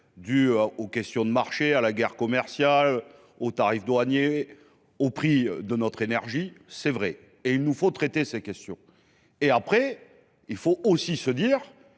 dû aux questions de marché, à la guerre commerciale, au tarif douanier, au prix de notre énergie. C'est vrai et il nous faut traiter ces questions. Et après, il faut aussi se dire